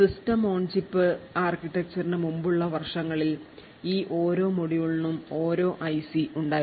system on chip architectureനു മുമ്പുള്ള വർഷങ്ങളിൽ ഈ ഓരോ മോഡ്യൂളിനും ഓരോ ഐസി ഉണ്ടായിരുന്നു